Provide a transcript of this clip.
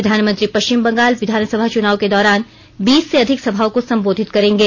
प्रधानमंत्री पश्चिम बंगाल विधानसभा चुनाव के दौरान बीस से अधिक सभाओं को संबोधित करेंगे